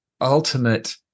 ultimate